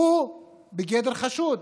הוא בגדר חשוד.